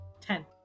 Ten